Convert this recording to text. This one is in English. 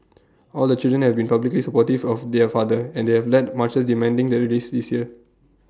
all the children have been publicly supportive of their father and they have led marches demanding their release this year